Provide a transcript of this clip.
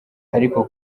ariko